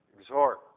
exhort